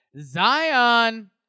Zion